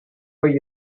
where